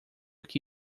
que